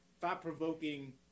thought-provoking